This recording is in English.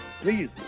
Please